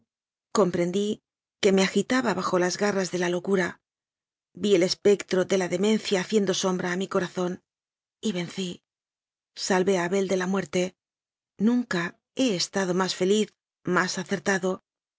comprendí que me agitaba bajo las garras de la locura vi el espectro de la demencia ha biendo sombra a mi corazón y vencí salvé a abel de la muerte nunca he estado más feliz más acertado